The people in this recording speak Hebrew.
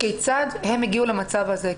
כיצד הם הגיעו למצב הזה.